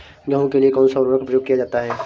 गेहूँ के लिए कौनसा उर्वरक प्रयोग किया जाता है?